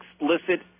explicit